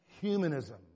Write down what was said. humanism